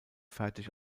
fertig